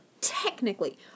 Technically